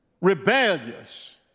rebellious